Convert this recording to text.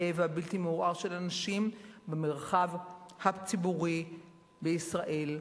והבלתי-מעורער של הנשים במרחב הציבורי בישראל,